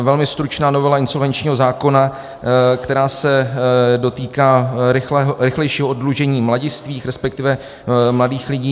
Velmi stručná novela insolvenčního zákona, která se dotýká rychlejšího oddlužení mladistvých, resp. mladých lidí.